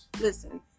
Listen